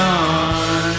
on